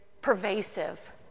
pervasive